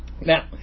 Now